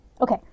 Okay